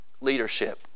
leadership